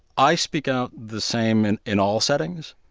i speak out the same and in all settings.